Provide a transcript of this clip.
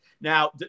Now